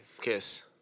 Kiss